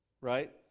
right